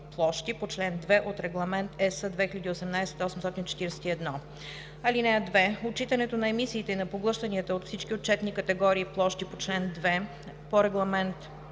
площи по чл. 2 от Регламент (ЕС) 2018/841. (2) Отчитането на емисиите и на поглъщанията от всички отчетни категории площи по чл. 2 от Регламент (ЕС) 2018/841